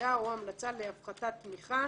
עמדה או המלצה להפחתת תמיכה,